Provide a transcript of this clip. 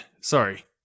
Sorry